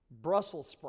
Brussels